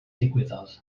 ddigwyddodd